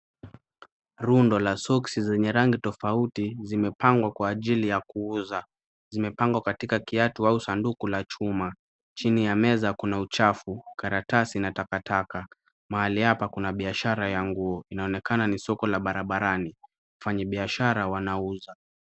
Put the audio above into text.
Rundo la soksi zenye rangi tofauti zimepangwa kwa ajili ya kuuza. Zimepangwa katika kiatu au sanduku la chuma. Chini ya meza kuna uchafu, karatasi na takataka. Mahali hapa kuna biashara ya nguo. Inaonekana ni soko la barabarani. Wafanyibiashara wanauza.